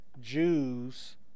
Jews